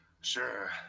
Sure